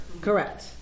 Correct